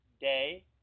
day